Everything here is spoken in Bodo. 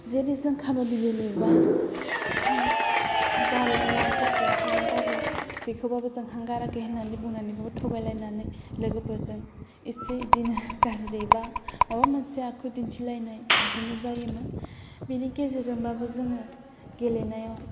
जेरै जों खाबादि गेलेयोब्ला हां गारालासे ससेयाव हां गारो बेखौब्लाबो जों हां गाराखै होननानै बुंनानै थगायलायनानै लोगोफोरजों एसे इदिनो गाज्रि बा माबा मोनसे आखु दिन्थिलायनाय बिदिबो जायोमोन बिनि गेजेरजोंब्लाबो जोङो गेलेनायाव